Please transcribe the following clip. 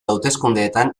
hauteskundeetan